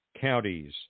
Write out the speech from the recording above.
counties